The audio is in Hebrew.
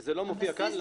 זה לא מופיע כאן.